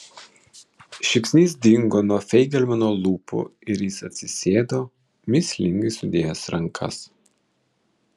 šypsnys dingo nuo feigelmano lūpų ir jis atsisėdo mįslingai sudėjęs rankas